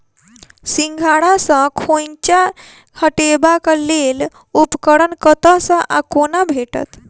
सिंघाड़ा सऽ खोइंचा हटेबाक लेल उपकरण कतह सऽ आ कोना भेटत?